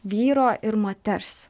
vyro ir moters